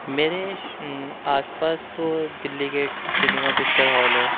میرے آس پاس تو Delhi Gate cinema picture hall ہے